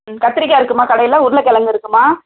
ம் கத்தரிக்கா இருக்குதும்மா கடையில் உருளக்கிலங்கு இருக்குதும்மா